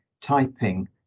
typing